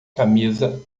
camisa